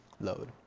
load